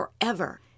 forever